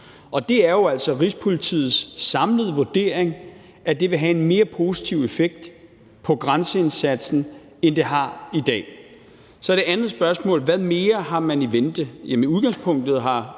Og det er jo altså Rigspolitiets samlede vurdering, at det vil have en mere positiv effekt på grænseindsatsen, end det har i dag. Til det andet spørgsmål om, hvad man mere har i vente, vil jeg sige, at i udgangspunktet har